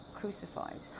crucified